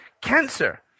cancer